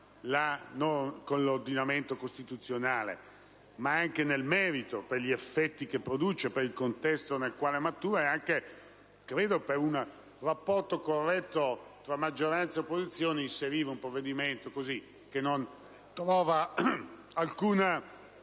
con l'ordinamento costituzionale, ma anche nel merito, per gli effetti che produce e per il contesto nel quale matura, anche ai fini di un corretto rapporto tra maggioranza e opposizione, inserire un provvedimento che non trova alcun